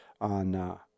on